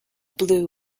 blue